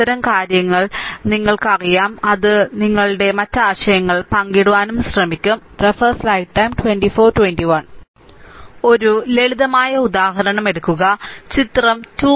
അത്തരം കാര്യങ്ങൾ നിങ്ങൾക്ക് അറിയാം ഞങ്ങളുടെ ചിന്തകൾ മറ്റ് ആശയങ്ങൾ പങ്കിടാൻ ശ്രമിക്കും ഒരു ലളിതമായ ഉദാഹരണം എടുക്കുക ചിത്രം 2